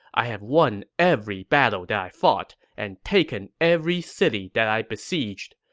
i have won every battle that i fought and taken every city that i besieged.